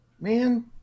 man